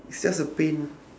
it's just a pain